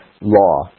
law